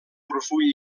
profund